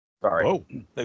Sorry